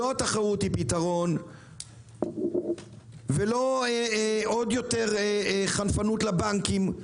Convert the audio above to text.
לא התחרות היא הפתרון ולא עוד יותר חנפנות לבנקים.